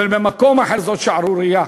אבל במקום אחר, זאת שערורייה.